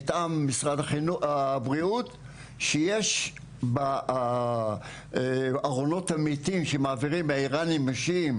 מטעם משרד הבריאות שיש בארונות המתים שמעבירים האירנים השיעים,